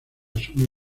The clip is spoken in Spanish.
asume